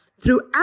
throughout